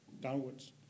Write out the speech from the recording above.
downwards